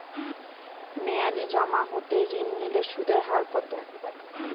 মেয়াদী জমা হতে ঋণ নিলে সুদের হার কত?